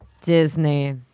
Disney